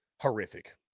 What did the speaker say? horrific